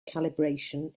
calibration